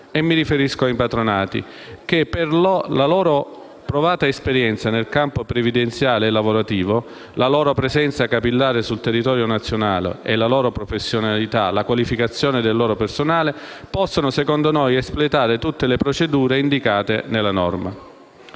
Mi riferisco ai patronati che, per la loro provata esperienza nel campo previdenziale e lavorativo, la loro presenza capillare in tutto il territorio nazionale, la professionalità e la qualificazione del loro personale possono espletare tutte le procedure indicate nella norma.